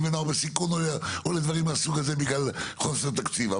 ונוער בסיכון או לדברים מהסוג הזה בגלל חוסר תקציב.